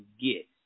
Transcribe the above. get